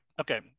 okay